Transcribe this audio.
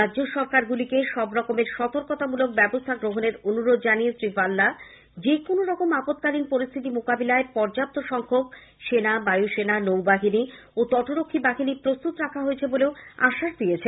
রাজ্য সরকারগুলিকে সবরকমের সতর্কতা মূলক ব্যবস্হা গ্রহণের অনুরোধ জানিয়ে শ্রী ভাল্লা যে কোনো আপৎকালীন পরিস্হিতি মোকাবিলায় পর্যাপ্ত সংখ্যক সেনা বায়ুসেনা নৌবাহিনী ও তটরক্ষী বাহিনী প্রস্তুত রাখা হয়েছে বলেও আশ্বাস দেন